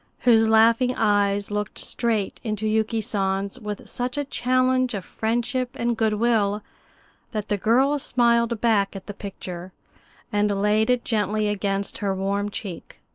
whose laughing eyes looked straight into yuki san's with such a challenge of friendship and good will that the girl smiled back at the picture and laid it gently against her warm cheek.